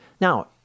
Now